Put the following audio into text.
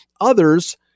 others